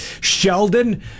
Sheldon